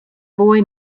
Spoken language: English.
boy